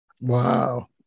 Wow